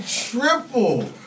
triple